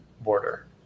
border